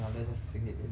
now let's just sink it in